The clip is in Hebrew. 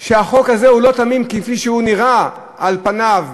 שהחוק הזה הוא לא תמים כפי שהוא נראה על פניו,